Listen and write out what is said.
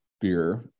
beer